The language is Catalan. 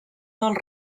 dels